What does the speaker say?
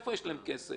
מאיפה יש להם כסף?